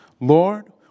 Lord